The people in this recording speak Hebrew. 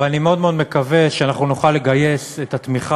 אבל אני מאוד מאוד מקווה שאנחנו נוכל לגייס את התמיכה